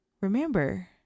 remember